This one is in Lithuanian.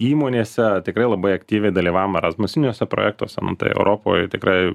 įmonėse tikrai labai aktyviai dalyvaujam erazmusiniuose projektuose nu tai europoj tikrai